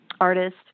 artist